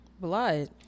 Blood